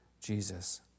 Jesus